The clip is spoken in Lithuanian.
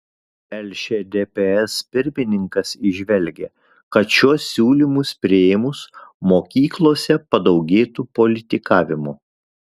lšdps pirmininkas įžvelgia kad šiuos siūlymus priėmus mokyklose padaugėtų politikavimo